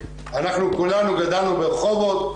אנחנו כולנו גדלנו ברחובות.